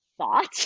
thought